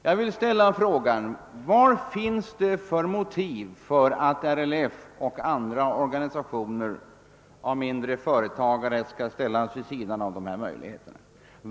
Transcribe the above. Jag vill ställa frågan vilka motiv man har för att hålla RLF och andra organisationer för mindre företagare utanför dessa möjligheter.